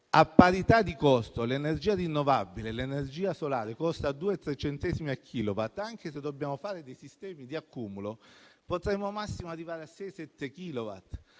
a parità di costo, l'energia rinnovabile e l'energia solare costano due, tre centesimi a kilowatt, anche dovendo fare dei sistemi di accumulo, potremmo al massimo arrivare a 6-7 kilowatt